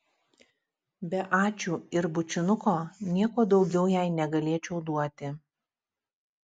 be ačiū ir bučinuko nieko daugiau jai negalėčiau duoti